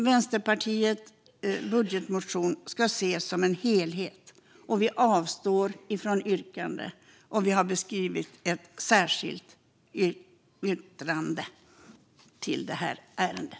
Vänsterpartiets budgetmotion ska ses som en helhet. Vi avstår från att yrka. Vi har beskrivit detta i ett särskilt yttrande till det här ärendet.